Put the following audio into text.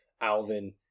Alvin